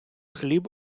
хліб